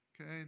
Okay